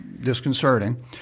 disconcerting